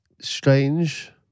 strange